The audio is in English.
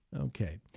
Okay